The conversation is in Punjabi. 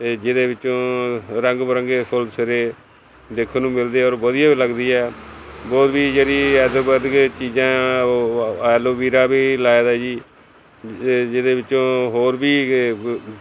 ਅਤੇ ਜਿਹਦੇ ਵਿੱਚੋਂ ਰੰਗ ਬਰੰਗੇ ਫੁੱਲ ਸਵੇਰੇ ਦੇਖਣ ਨੂੰ ਮਿਲਦੇ ਔਰ ਵਧੀਆ ਵੀ ਲੱਗਦੀ ਹੈ ਹੋਰ ਵੀ ਜਿਹੜੀ ਹੈ ਇਹ ਤੋਂ ਵੱਧ ਕੇ ਚੀਜ਼ਾਂ ਉਹ ਐਲੋ ਵੀਰਾ ਵੀ ਲਾਏ ਦਾ ਜੀ ਜਿਹਦੇ ਵਿੱਚੋਂ ਹੋਰ ਵੀ